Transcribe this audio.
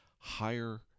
higher